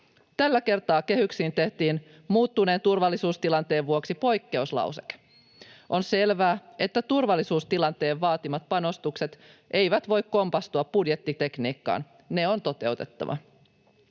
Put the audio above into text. Tällä kertaa kehyksiin tehtiin muuttuneen turvallisuustilanteen vuoksi poikkeuslauseke. On selvää, että turvallisuustilanteen vaatimat panostukset eivät voi kompastua budjettitekniikkaan. Ne on toteutettava.